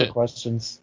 questions